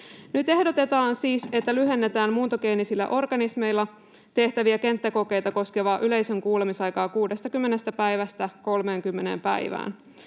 ehdotetaan siis, että lyhennetään muuntogeenisillä organismeilla tehtäviä kenttäkokeita koskevaa yleisön kuulemisaikaa 60 päivästä 30 päivään.